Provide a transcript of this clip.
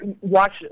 watch